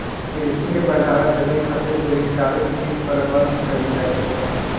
कृषि के बढ़ावा देबे खातिर दीर्घकालिक वित्त प्रबंधन कइल जा सकेला